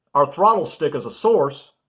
our throttle stick as a source,